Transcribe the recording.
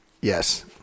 yes